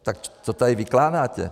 Tak co tady vykládáte?